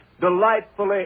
delightfully